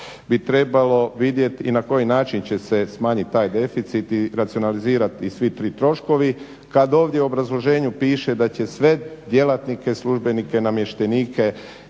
bi trebalo vidjeti i na koji način će se smanjiti taj deficit i racionalizirati svi ti troškovi kad ovdje u obrazloženju pište da će sve djelatnike, službenike, namještenike